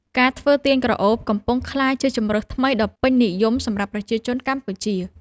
ការធ្វើទៀនក្រអូប កំពុងក្លាយជាជម្រើសថ្មីដ៏ពេញនិយមសម្រាប់ប្រជាជនកម្ពុជា។